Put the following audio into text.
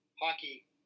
hockey